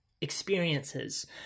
experiences